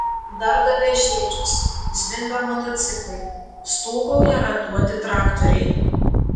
darda vežėčios zvimbia motociklai stūgauja ratuoti traktoriai